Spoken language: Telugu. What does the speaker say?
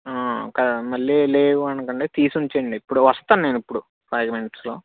కదా మళ్ళీ లేవు అనకుండా తీసి ఉంచండి ఇప్పుడు వస్తాను నేను ఇప్పుడు ఫైవ్ మినిట్స్లో